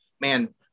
man